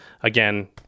again